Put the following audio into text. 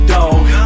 Dog